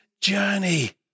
journey